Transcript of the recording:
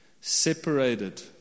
Separated